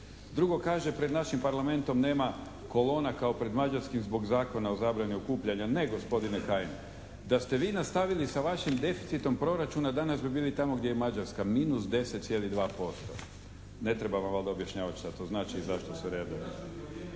Drugo, kaže pred našim parlamentom nema kolona kao pred mađarskim zbog Zakona o zabrani okupljanja. Ne gospodine Kajin, da ste vi nastavili sa vašim deficitom proračunom danas bi bili tamo gdje je Mađarska minus 10,2%. Ne treba vam valjda objašnjavati šta to znači i zašto su redovi.